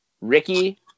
Ricky